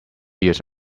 years